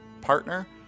partner